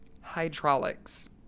Hydraulics